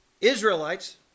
Israelites